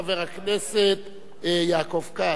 חבר הכנסת יעקב כץ,